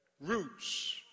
roots